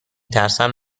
ترسم